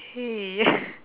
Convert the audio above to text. okay